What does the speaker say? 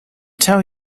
tell